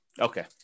Okay